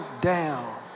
down